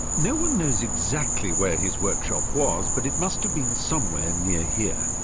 no-one knows exactly where his workshop was, but it must have been somewhere near here.